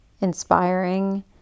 inspiring